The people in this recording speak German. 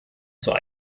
zur